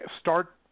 start